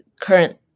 current